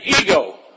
ego